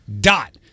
Dot